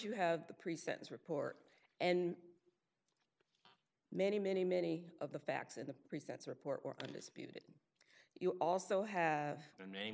you have the pre sentence report and many many many of the facts in the presents report or undisputed you also have